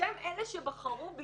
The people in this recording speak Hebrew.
בשם אלה שבחרו אותי,